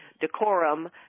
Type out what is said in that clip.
decorum